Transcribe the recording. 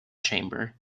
chamber